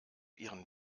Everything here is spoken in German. ihren